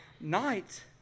night